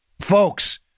Folks